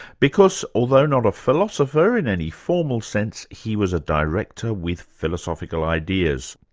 because although not a philosopher in any formal sense, he was a director with philosophical ideas.